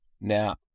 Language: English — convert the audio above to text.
Now